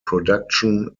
production